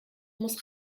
muss